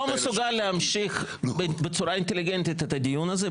מסוגל להמשיך בצורה אינטליגנטית את הדיון הזה,